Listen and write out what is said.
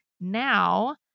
now